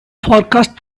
forecast